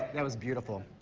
that was beautiful.